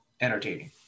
entertaining